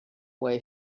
way